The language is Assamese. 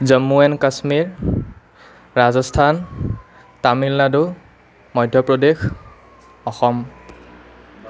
জম্মু এণ্ড কাশ্মীৰ ৰাজস্থান তামিলনাডু মধ্যপ্ৰদেশ অসম